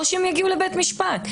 או שהן יגיעו לבית משפט.